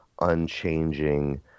unchanging